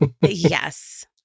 Yes